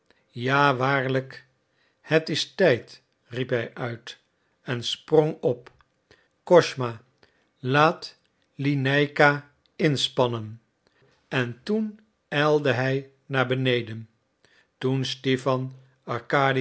ja waarlijk het is tijd riep hij uit en sprong op kosma laat de lineika inspannen en toen ijlde hij naar beneden toen stipan